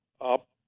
up